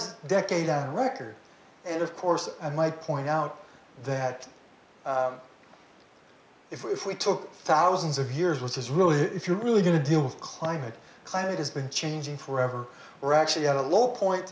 hottest decade out record and of course i might point out that if we took thousands of years which is really if you're really going to deal with climate climate has been changing forever we're actually at a low point